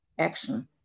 Action